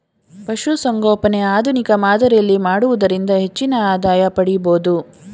ಪಶುಸಂಗೋಪನೆ ಆಧುನಿಕ ಮಾದರಿಯಲ್ಲಿ ಮಾಡುವುದರಿಂದ ಹೆಚ್ಚಿನ ಆದಾಯ ಪಡಿಬೋದು